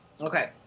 Okay